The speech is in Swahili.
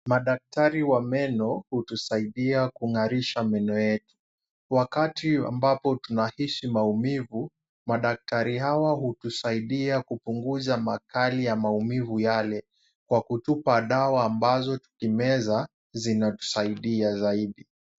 Madaktari wa meno hutusaidia kung'arisha meno yetu. Wakati ambapo tunahisi maumivu, madaktari hawa hutusaidia kupunguza makali ya maumivu yale kwa kutupa dawa ambazo tukimeza zinatusaidia zaidi.